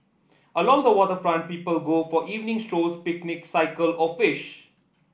along the waterfront people go for evening strolls picnic cycle or fish